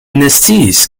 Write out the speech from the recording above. nesciis